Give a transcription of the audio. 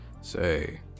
Say